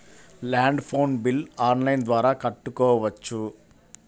Land phone bill online ద్వారా కట్టుకోవచ్చు?